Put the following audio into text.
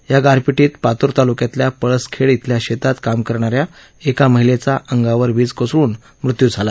या गारपिटीत पातूर तालुक्यातल्या पळसखेड इथल्या शेतात काम करणाऱ्या एका महिलेचा अंगावर वीज कोसळून मृत्यू झाला